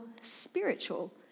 spiritual